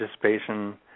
participation